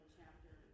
chapter